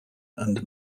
and